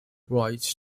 right